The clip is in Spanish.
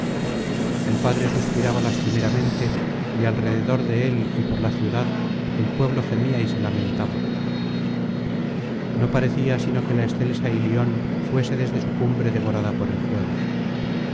el padre suspiraba lastimeramente y alrededor de él y por la ciudad el pueblo gemía y se lamentaba no parecía sino que la excelsa ilion fuese desde su cumbre devorada por el fuego